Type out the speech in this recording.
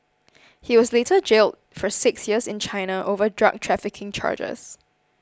he was later jailed for six years in China over drug trafficking charges